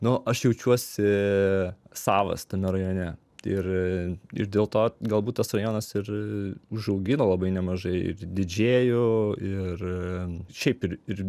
nu aš jaučiuosi savas tame rajone ir ir dėl to galbūt tas rajonas ir užaugino labai nemažai ir didžėjų ir šiaip ir ir